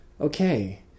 Okay